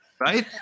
Right